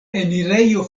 enirejo